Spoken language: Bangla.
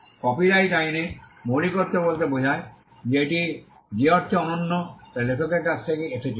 কপিরাইট আইনে মৌলিকত্ব বলতে বোঝায় যে এটি যে অর্থে অনন্য তা লেখকের কাছ থেকে এসেছে